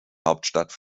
hauptstadt